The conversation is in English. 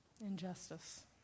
Injustice